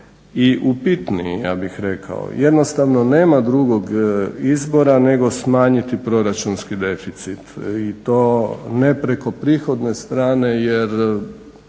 i upitni ja bih rekao. Jednostavno nema drugog izbora nego smanjiti proračunski deficit i to ne preko prihodovne strane jer